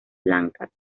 blancas